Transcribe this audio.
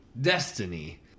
Destiny